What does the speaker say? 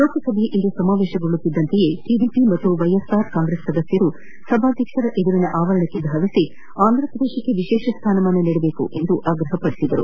ಲೋಕಸಭೆ ಇಂದು ಸಮಾವೇಶಗೊಳ್ಳುತ್ತಿದ್ದಂತೆ ಟಿಡಿಪಿ ಮತ್ತು ವೈಎಸ್ಆರ್ ಕಾಂಗ್ರೆಸ್ ಸದಸ್ನರು ಸಭಾಧ್ಯಕ್ಷರ ಎದುರಿನ ಆವರಣಕ್ಕೆ ತೆರಳಿ ಆಂಧ್ರಪ್ರದೇಶಕ್ಕೆ ವಿಶೇಷ ಸ್ಥಾನಮಾನ ನೀಡಬೇಕೆಂದು ಆಗ್ರಹಪಡಿಸಿದರು